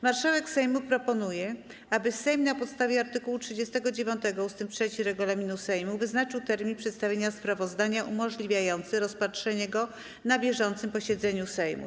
Marszałek Sejmu proponuje, aby Sejm, na podstawie art. 39 ust. 3 regulaminu Sejmu, wyznaczył termin przedstawienia sprawozdania umożliwiający rozpatrzenie go na bieżącym posiedzeniu Sejmu.